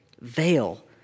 veil